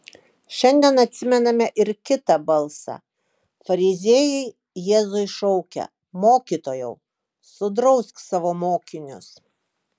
šiandien atsimename ir kitą balsą fariziejai jėzui šaukė mokytojau sudrausk savo mokinius